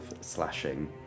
slashing